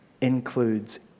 includes